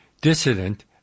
Dissident